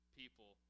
people